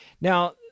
Now